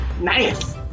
Nice